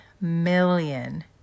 million